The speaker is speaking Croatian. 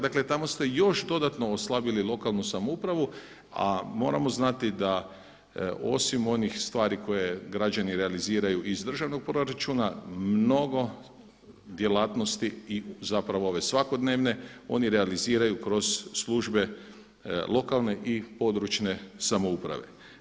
Dakle tamo ste još dodatno oslabili lokalnu samoupravu, a moramo znati da osim onih stvari koje građani realiziraju iz državnog proračuna mnogo djelatnosti i zapravo ove svakodnevne oni realiziraju kroz službe lokalne i područne samouprave.